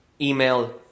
Email